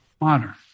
modern